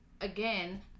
again